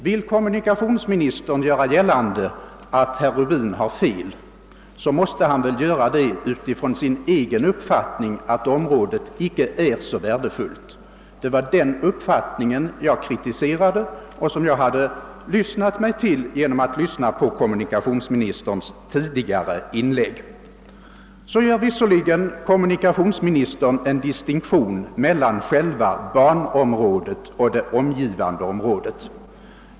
När kommunikationsministern hävdar att herr Rubin har fel, så måste han väl göra det utifrån sin egen uppfattning att området icke är så värdefullt. Det var den uppfattningen som jag kritiserade och som jag lyssnat mig till genom att höra på kommunikationsministerns tidigare inlägg. Så gör visserligen kommunikationsministern en distinktion mellan själva banområdet och det omgivande området.